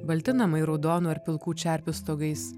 balti namai raudonų ar pilkų čerpių stogais